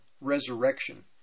resurrection